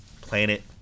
planet